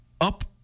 up